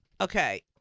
Okay